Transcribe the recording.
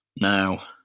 now